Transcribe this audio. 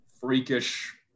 freakish